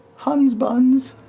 huns buns.